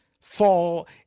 fall